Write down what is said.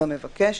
במבקש.